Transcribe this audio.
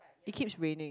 it keep raining